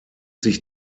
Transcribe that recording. sich